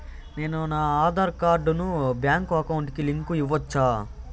నేను నా ఆధార్ కార్డును బ్యాంకు అకౌంట్ కి లింకు ఇవ్వొచ్చా?